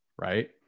Right